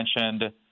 mentioned